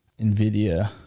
NVIDIA